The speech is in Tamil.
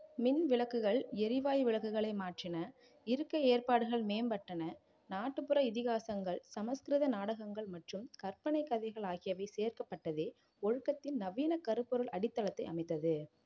மின் விளக்குகள் எரிவாயு விளக்குகளை மாற்றின இருக்கை ஏற்பாடுகள் மேம்பட்டன நாட்டுப்புற இதிகாசங்கள் சமஸ்கிருத நாடகங்கள் மற்றும் கற்பனைக் கதைகள் ஆகியவை சேர்க்கப்பட்டதே ஒழுக்கத்தின் நவீன கருப்பொருள் அடித்தளத்தை அமைத்தது